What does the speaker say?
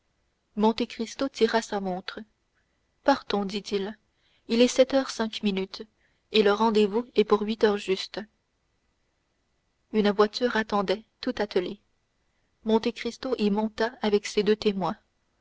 regardèrent monte cristo tira sa montre partons dit-il il est sept heures cinq minutes et le rendez-vous est pour huit heures juste une voiture attendait toute attelée monte cristo y monta avec ses deux témoins